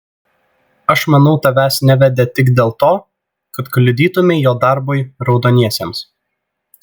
aš manau tavęs nevedė tik dėl to kad kliudytumei jo darbui raudoniesiems